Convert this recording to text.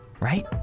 Right